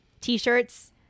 t-shirts